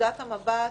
מנקודת המבט